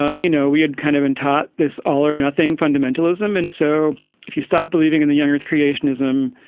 ah you know, we had kind of been taught this all or nothing fundamentalism. and so if you stop believing in the young earth creationism,